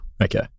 Okay